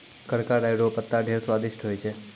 करका राय रो पत्ता ढेर स्वादिस्ट होय छै